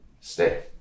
Stay